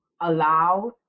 allow